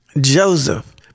Joseph